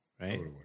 right